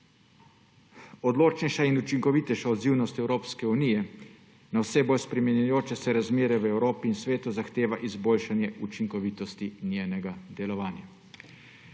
Odločnejša in učinkovitejša odzivnost Evropske unije na vse bolj spreminjajoče se razmere v Evropi in svetu zahteva izboljšanje učinkovitosti njenega delovanja.